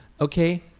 Okay